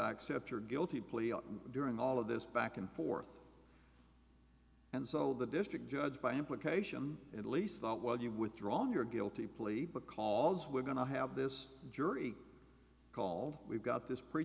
accept your guilty plea during all of this back and forth and so the district judge by implication at least thought well you withdraw your guilty plea because we're going to have this jury called we've got this pre